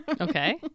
Okay